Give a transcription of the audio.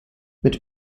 mit